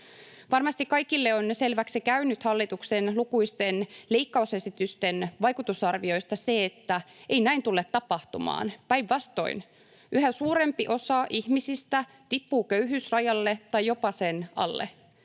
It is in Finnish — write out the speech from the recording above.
Varmasti kaikille on käynyt selväksi hallituksen lukuisten leikkausesitysten vaikutusarvioista se, että näin ei tule tapahtumaan. Päinvastoin, yhä suurempi osa ihmisistä tippuu köyhyysrajalle tai jopa sen alle,